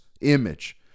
image